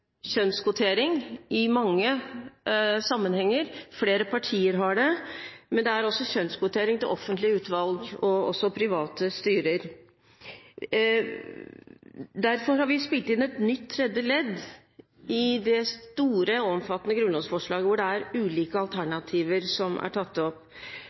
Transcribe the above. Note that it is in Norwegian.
kjønnskvotering i mange sammenhenger – flere partier har det, men vi har også kjønnskvotering til offentlige utvalg og til private styrer. Derfor har vi spilt inn et nytt tredje ledd i det store og omfattende grunnlovsforslaget hvor det er ulike alternativer som er tatt opp,